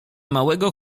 małego